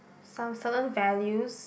some certain values